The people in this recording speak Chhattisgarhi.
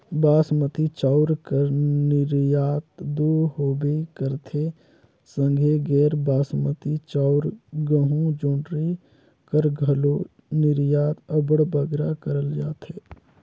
बासमती चाँउर कर निरयात दो होबे करथे संघे गैर बासमती चाउर, गहूँ, जोंढरी कर घलो निरयात अब्बड़ बगरा करल जाथे